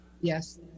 yes